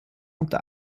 unter